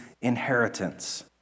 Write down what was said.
inheritance